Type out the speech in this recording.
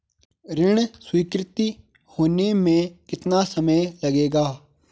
ऋण स्वीकृति होने में कितना समय लगेगा?